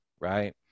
right